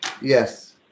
Yes